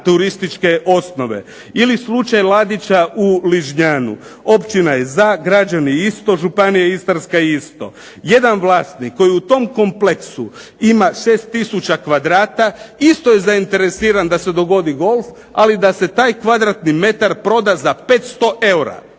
turističke osnove. Ili slučaj Ladića u Ližnjanu. Općina je za, građani isto, Županija istarska isto. Jedan vlasnik koji u tom kompleksu ima 6 tisuća kvadrata, isto je zainteresiran da se dogodi golf, ali da se taj kvadratni metar proda za 500 eura,